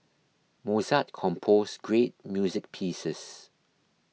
Mozart composed great music pieces